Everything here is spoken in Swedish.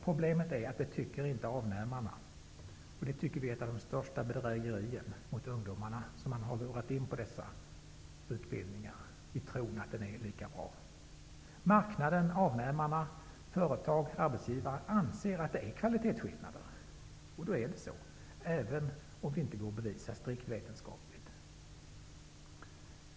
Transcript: Problemet är att avnämarna inte tycker det. Det är ett av de största bedrägerierna mot de ungdomar som man har lurat in på dessa utbildningar i tron att de är lika bra. Marknaden -- avnämarna, företag och arbetsgivare -- anser att det är kvalitetsskillnader. Då är det så, även om det inte går att bevisa strikt vetenskapligt.